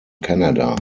canada